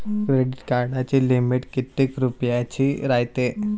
Credit कार्डाची limit कितीक रुपयाची रायते?